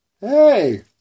Hey